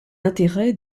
intérêts